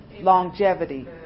Longevity